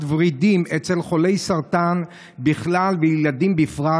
ורידים אצל חולי סרטן בכלל וילדים בפרט,